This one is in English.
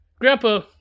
Grandpa